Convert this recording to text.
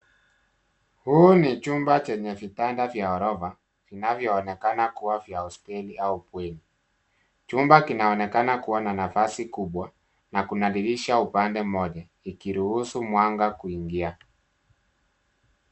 Huu ni chumba chenye vitanda vya ghorofa vinavyoonekana kua vya hosteli au bweni. Chumba kinaonekana kua na nafasi kubwa na kuna dirisha upande moja, likiruhusa mwanga kuingia.